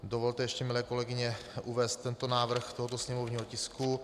Dovolte ještě, milé kolegyně, uvést tento návrh tohoto sněmovního tisku.